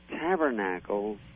tabernacles